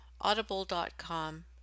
Audible.com